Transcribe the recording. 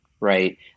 right